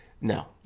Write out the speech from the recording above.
No